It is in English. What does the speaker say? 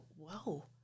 whoa